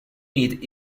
meet